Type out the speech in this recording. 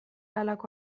halako